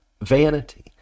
vanity